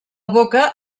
boca